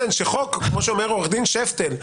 כמו שאומר עורך דין שפטל,